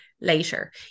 later